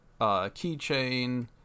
keychain